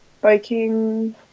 biking